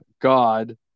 God